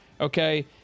Okay